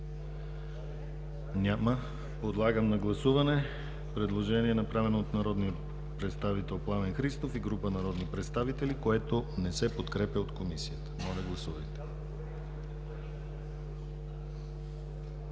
Няма. Подлагам на гласуване предложение, направено от народния представител Пламен Христов и група народни представители, което не се подкрепя от Комисията. Гласували 98 народни